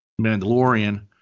Mandalorian